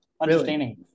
understanding